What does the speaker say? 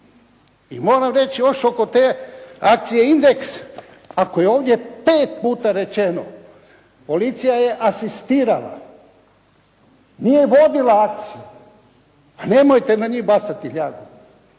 I moram reći još oko te akcije “Indeks“ ako je ovdje pet puta rečeno policija je asistirala. Nije vodila akciju. Pa nemojte na njih bacati ljagu.